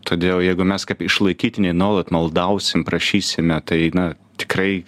todėl jeigu mes kaip išlaikytiniai nuolat maldausim prašysime tai na tikrai